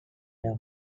way